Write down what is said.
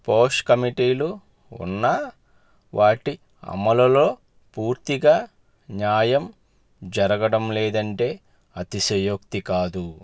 స్ పోష్ కమిటీలు ఉన్న వాటి అమలలో పూర్తిగా న్యాయం జరగడం లేదంటే అతిశయోక్తి కాదు